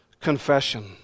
Confession